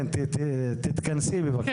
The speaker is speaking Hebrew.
כן, תתכנסי בבקשה.